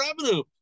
revenue